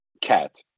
cat